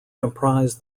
comprise